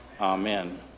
Amen